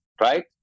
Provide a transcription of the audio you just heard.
right